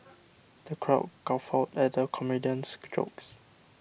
the crowd guffawed at the comedian's jokes